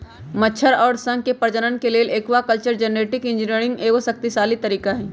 मछर अउर शंख के प्रजनन के लेल एक्वाकल्चर जेनेटिक इंजीनियरिंग एगो शक्तिशाली तरीका हई